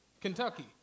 Kentucky